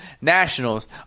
nationals